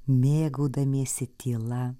mėgaudamiesi tyla